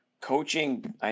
coaching